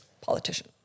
Politician